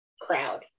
crowd